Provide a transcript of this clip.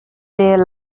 there